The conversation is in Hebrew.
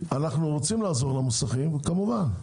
אנחנו רוצים לעזור למוסכים כמובן,